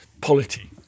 polity